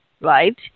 right